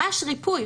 ממש ריפוי.